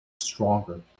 stronger